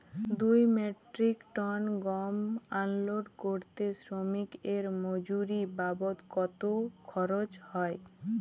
দুই metric ton গম unload করতে শ্রমিক এর মজুরি বাবদ কত খরচ হয়?